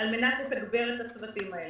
על מנת לתגבר את הצוותים האלה.